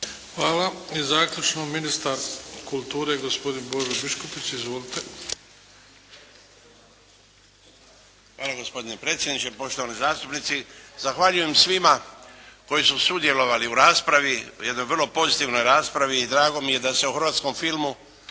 Hvala. I zaključno ministar kulture, gospodin Božo Biškupić. Izvolite. **Biškupić, Božo (HDZ)** Hvala gospodine predsjedniče, poštovani zastupnici. Zahvaljujem svima koji su sudjelovali u raspravi, jednoj vrlo pozitivnoj raspravi i drago mi je da se o hrvatskom filmu